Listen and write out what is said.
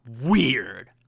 weird